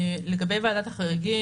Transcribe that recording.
לגבי ועדת החריגים,